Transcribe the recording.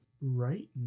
Right